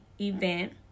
event